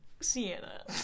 sienna